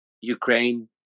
Ukraine